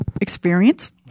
experience